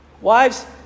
Wives